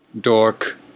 Dork